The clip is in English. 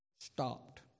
stopped